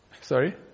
sorry